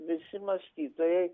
visi mąstytojai